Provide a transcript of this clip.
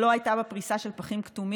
שלא הייתה בה פריסה של פחים כתומים,